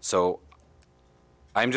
so i'm